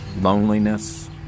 Loneliness